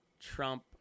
Trump